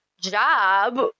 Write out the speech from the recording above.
job